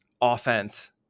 offense